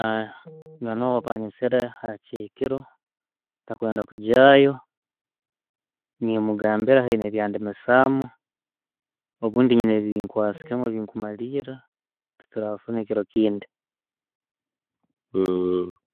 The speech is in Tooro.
Munywani wange kuba ayesere habwokyekiro ntakwenda kugyayo, nemugambira haroho byandemesamu, obundi nina binkwasiremu byenkumalira turafuna ekiro kindi.